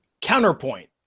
Counterpoint